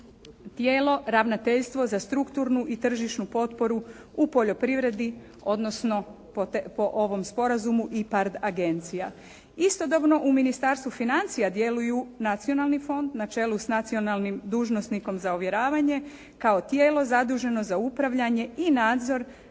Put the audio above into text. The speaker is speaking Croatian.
tijelo ravnateljstvo za strukturnu i tržišnu potporu u poljoprivredi, odnosno po ovom sporazum IPARD agencija. Istodobno u Ministarstvu financija djeluju nacionalni fond na čelu s nacionalnim dužnosnikom za uvjeravanje kao tijelo zaduženo za upravljanje i nadzor